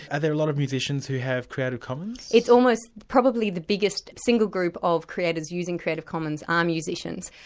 are there a lot of musicians who have creative commons? it's almost probably the biggest single group of creators using creative commons are musicians,